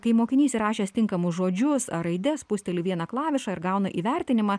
kai mokinys įrašęs tinkamus žodžius ar raides spusteli vieną klavišą ir gauna įvertinimą